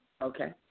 Okay